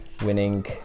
winning